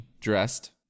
dressed